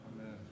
Amen